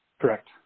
Correct